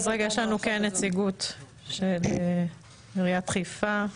אז יש לנו כן נציגות של עיריית חיפה.